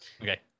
Okay